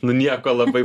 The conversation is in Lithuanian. nu nieko labai